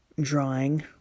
drawing